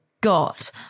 got